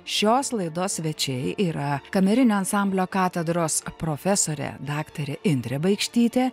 šios laidos svečiai yra kamerinio ansamblio katedros profesorė daktarė indrė baikštytė